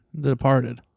Departed